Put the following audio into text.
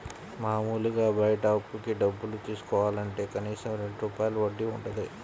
మాములుగా బయట అప్పుకి డబ్బులు తీసుకోవాలంటే కనీసం రెండు రూపాయల వడ్డీ వుంటది